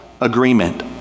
agreement